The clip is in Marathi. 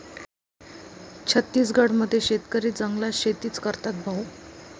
छत्तीसगड मध्ये शेतकरी जंगलात शेतीच करतात भाऊ